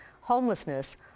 homelessness